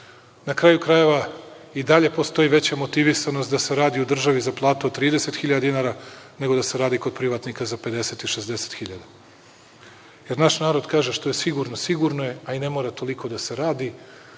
Na kraju krajeva i dalje postoji veća motivisanost da se radi u državi za platu od 30 hiljada dinara, nego da se radi kod privatnika za 50 i 60 hiljada, jer naš narod kaže – što je sigurno sigurno je, a i ne mora toliko da se radi